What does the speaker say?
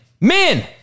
men